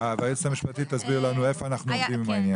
היועצת המשפטית תסביר לנו איפה אנחנו עומדים עם העניין.